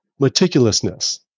meticulousness